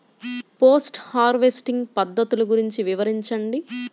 Post harvesting పద్ధతులు గురించి వివరించండి?